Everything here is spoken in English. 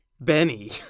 Benny